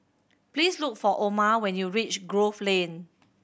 please look for Omer when you reach Grove Lane